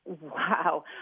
Wow